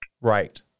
Right